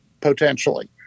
potentially